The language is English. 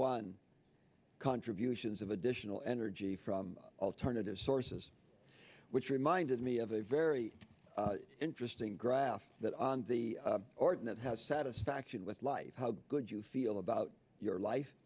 won contributions of additional energy from alternative sources which reminded me of a very interesting graph that on the net has satisfaction with life how good you feel about your life